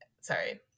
sorry